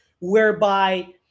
whereby